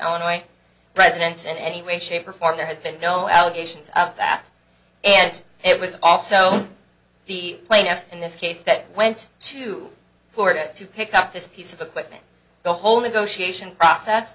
white residents in any way shape or form there has been no allegations of that and it was also the plaintiff in this case that went to florida to pick up this piece of equipment the whole negotiation process